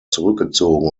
zurückgezogen